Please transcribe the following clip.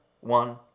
one